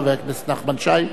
חבר הכנסת נחמן שי,